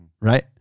right